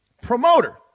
Promoter